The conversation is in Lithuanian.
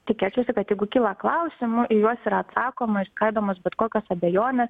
tikėčiausi kad jeigu kyla klausimų į juos yra atsakoma ir išskaidomos bet kokios abejonės